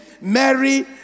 Mary